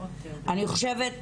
אני חושבת,